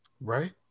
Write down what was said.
Right